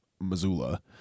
Missoula